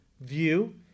view